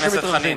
חבר הכנסת חנין.